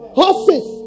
horses